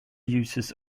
uses